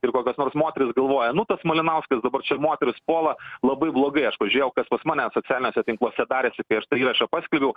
ir kokios nors moterys galvoja nu tas malinauskas dabar čia moteris puola labai blogai aš pažiūrėjau kas pas mane socialiniuose tinkluose darėsi kai aš tą įrašą paskelbiau